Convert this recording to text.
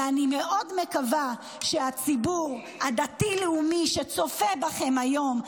אני מאוד מקווה שהציבור הדתי-לאומי צופה בכם היום,